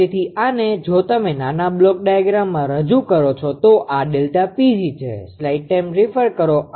તેથી આને જો તમે નાના બ્લોક ડાયાગ્રામમાં રજૂ કરો છો તો આ ΔPg છે